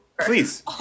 please